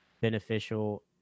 beneficial